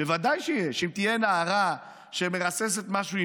ודאי שיש: אם תהיה נערה שמרססת משהו,